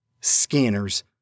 Scanners